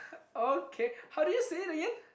okay how do you say it again